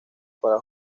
para